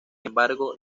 embargo